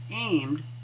aimed